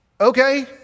Okay